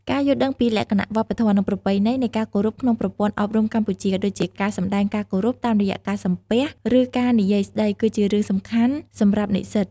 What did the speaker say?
ការយល់ដឹងពីលក្ខណៈវប្បធម៌ ឬប្រពៃណីនៃការគោរពក្នុងប្រព័ន្ធអប់រំកម្ពុជា ដូចជាការសម្ដែងការគោរពតាមរយៈការសំពះ ឬការនិយាយស្តី គឺជារឿងសំខាន់សំរាប់និស្សិត។